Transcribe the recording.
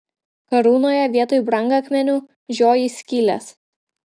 karūnoje vietoj brangakmenių žioji skylės